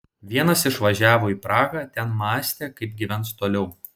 vienas išvažiavo į prahą ten mąstė kaip gyvens toliau